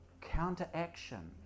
counteraction